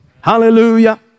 Hallelujah